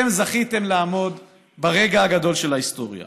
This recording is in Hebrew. אתם זכיתם לעמוד ברגע הגדול של ההיסטוריה,